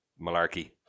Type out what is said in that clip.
malarkey